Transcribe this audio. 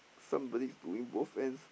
somebody's doing both ends